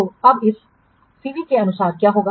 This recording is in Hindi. तो अब इस सीवी के अनुसार क्या होगा